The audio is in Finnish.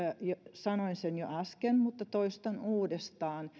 sanoin sen jo äsken mutta toistan uudestaan